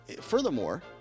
furthermore